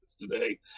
today